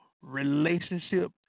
relationship